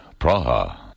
Praha